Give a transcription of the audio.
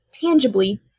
tangibly